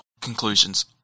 conclusions